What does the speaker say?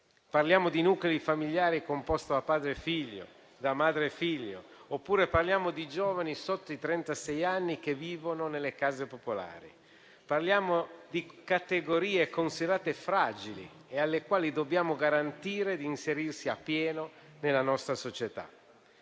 Parliamo di nuclei familiari composti da padre e figlio, da madre e figlio, oppure parliamo di giovani sotto i trentasei anni che vivono nelle case popolari. Parliamo di categorie considerate fragili e alle quali dobbiamo garantire di inserirsi appieno nella nostra società.